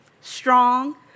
Strong